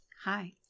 Hi